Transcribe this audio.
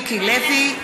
(קוראת בשם חבר הכנסת) מיקי לוי,